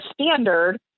standard